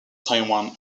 taiwan